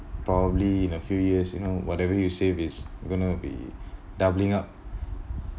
probably in a few years you know whatever you save is going to be doubling up